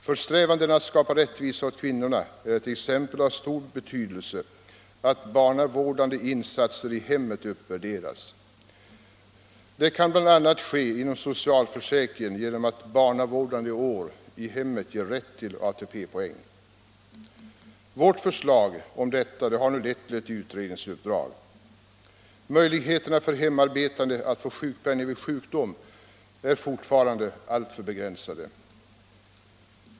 För strävandena att skapa rättvisa åt kvinnorna är det t.ex. av stor betydelse att barnavårdande insatser i hemmet uppvärderas. Detta kan bl.a. ske inom socialförsäkringen genom att barnavårdande år i hemmet ger rätt till ATP-poäng. Vårt förslag om detta har nu lett till ett utredningsuppdrag. Möjligheterna för hemarbetande att få sjukpenning vid sjukdom är fortfarande alltför begränsade.